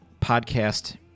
podcast